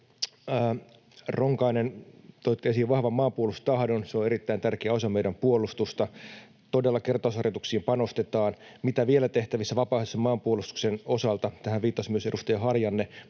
Ronkainen, toitte esiin vahvan maanpuolustustahdon. Se on erittäin tärkeä osa meidän puolustusta. Todella, kertausharjoituksiin panostetaan. Mitä vielä tehtävissä vapaaehtoisen maanpuolustuksen osalta? Tähän viittasi myös edustaja Harjanne.